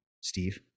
steve